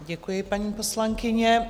Děkuji, paní poslankyně.